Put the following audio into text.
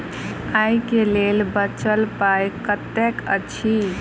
आइ केँ लेल बचल पाय कतेक अछि?